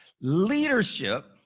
Leadership